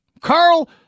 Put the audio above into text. Carl